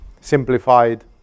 simplified